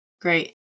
Great